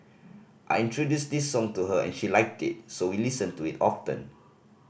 I introduced this song to her and she liked it so we listen to it often